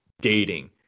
dating